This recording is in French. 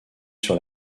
sur